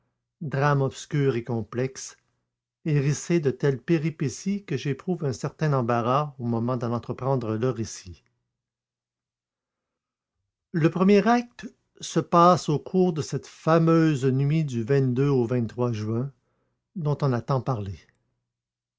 drame obscur et complexe hérissé de telles péripéties que j'éprouve un certain embarras au moment d'en entreprendre le récit le premier acte se passe au cours de cette fameuse nuit du au juin dont on a tant parlé